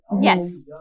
Yes